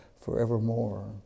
forevermore